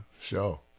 show